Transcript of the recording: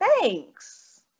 Thanks